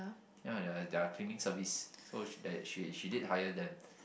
ya there are there are cleaning service so that she did she did hire them